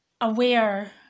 aware